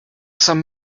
some